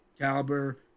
caliber